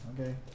Okay